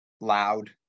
Loud